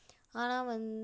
ஆனால் வந்து